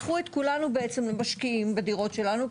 הפכו את כולנו בעצם למשקיעים בדירות שלנו,